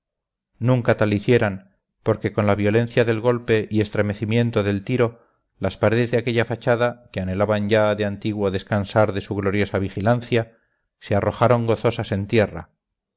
nunca tal hicieran porque con la violencia del golpe y estremecimiento del tiro las paredes de aquella fachada que anhelaban ya de antiguo descansar de su gloriosa vigilancia se arrojaron gozosas en tierra